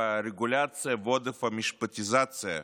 הרגולציה ועודף המשפטיזציה